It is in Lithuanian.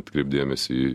atkreipt dėmesį į